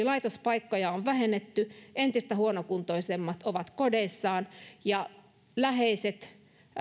laitospaikkoja on vähennetty entistä huonokuntoisemmat ovat kodeissaan ja läheiset